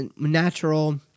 natural